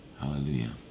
Hallelujah